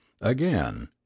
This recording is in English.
again